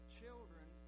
children